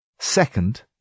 Second